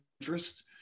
interest